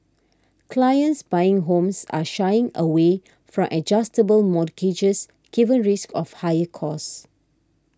clients buying homes are shying away from adjustable mortgages given risks of higher costs